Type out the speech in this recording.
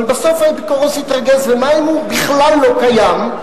אבל בסוף האפיקורוס התרגז: ומה אם הוא בכלל לא קיים?